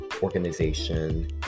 organization